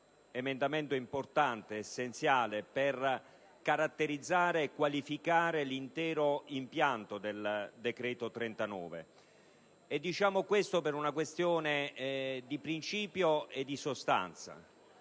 l'emendamento 3.5000/300 è essenziale per caratterizzare e qualificare l'intero impianto del decreto n. 39 del 2009. Ciò per una questione di principio e di sostanza.